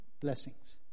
blessings